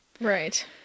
Right